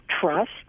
trust